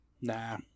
Nah